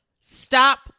stop